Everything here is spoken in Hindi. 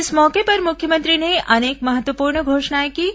इस मौके पर मुख्यमंत्री ने अनेक महत्वपूर्ण घोषणाएं कीं